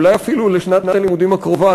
אולי אפילו לשנת הלימודים הקרובה,